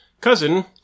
cousin